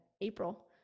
april